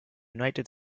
united